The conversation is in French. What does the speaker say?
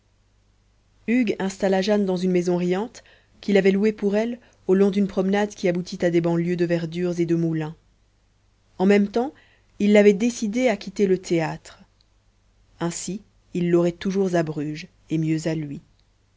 hugues installa jane dans une maison riante qu'il avait louée pour elle au long d'une promenade qui aboutit à des banlieues de verdures et de moulins en même temps il l'avait décidée à quitter le théâtre ainsi il l'aurait toujours à bruges et mieux à lui